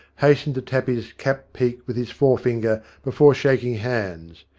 hastened to tap his cap-peak with his fore finger before shaking hands.